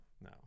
no